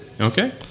Okay